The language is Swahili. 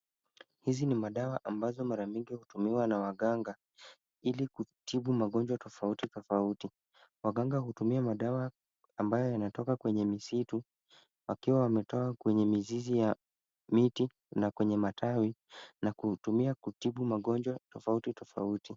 Hizi ni madawa ambazo mara mingi hutumiwa na waganga ili kutibu magonjwa tofauti tofauti. Waganga hutumia madawa ambayo yanatoka kwenye misitu, wakiwa wametoa kwenye mizizi ya miti na kwenye matawi, na kutumia kutibu magonjwa tofauti tofauti.